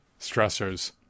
stressors